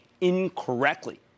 incorrectly